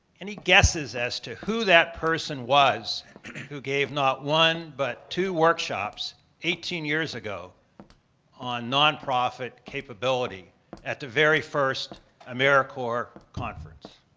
any guesses as to who that person was who gave not one, but two workshops eighteen years ago on nonprofit capability at the very first americorps conference?